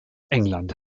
england